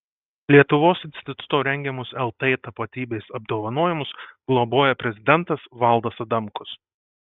lietuvos instituto rengiamus lt tapatybės apdovanojimus globoja prezidentas valdas adamkus